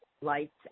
lights